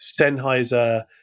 Sennheiser